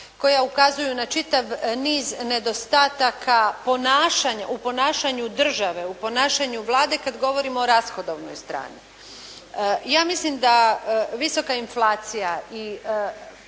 koja ukazuju na čitav niz nedostataka u ponašanju države, u ponašanju Vlade kad govorimo o rashodovnoj strani. Ja mislim da visoka inflacija i